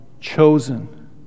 chosen